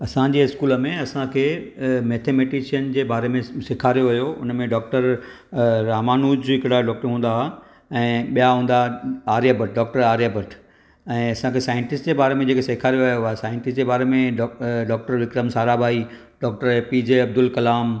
असांजे स्कूल में असांखे मैथमटिशन जे बारे में सेखारियो वियो उन में डॉक्टर रामानुज हिकिड़ा डॉक्टर हूंदा हुआ ऐं ॿिया हूंदा हुआ आर्यभट डॉक्टर आर्यभट ऐं असांखे साइंटिस्ट जे बारे में जेको सेखारियो वियो साइंटिस्ट जे बारे में doctor doctor Vikram Sarabhai doctor A P J Abdul कलाम